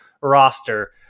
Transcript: roster